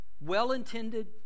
well-intended